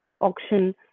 auction